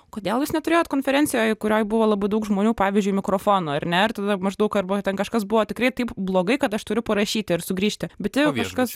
kodėl jūs neturėjot konferencijoj kurioj buvo labai daug žmonių pavyzdžiui mikrofonų ar ne ar tada maždaug arba ten kažkas buvo tikrai taip blogai kad aš turiu parašyti ir sugrįžti bet jeigu kažkas